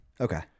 Okay